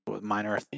Minor